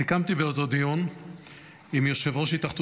סיכמתי באותו דיון עם יושב-ראש התאחדות